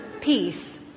peace